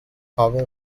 however